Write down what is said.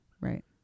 Right